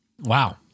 Wow